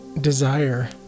desire